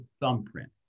thumbprint